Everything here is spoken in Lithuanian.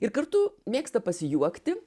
ir kartu mėgsta pasijuokti